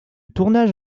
tournage